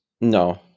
No